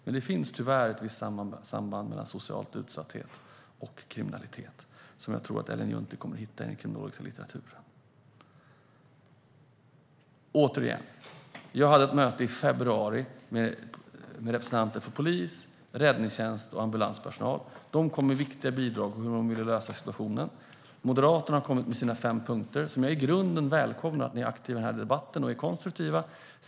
Men det finns tyvärr ett visst samband mellan social utsatthet och kriminalitet, vilket jag tror att Ellen Juntti hittar i den kriminologiska litteraturen. Återigen: Jag hade ett möte i februari med representanter för polis, räddningstjänst och ambulanspersonal. De kom med viktiga bidrag för hur de vill lösa situationen. Moderaterna har kommit med sina fem punkter som jag i grunden välkomnar. Jag välkomnar att ni är aktiva och konstruktiva i den här debatten.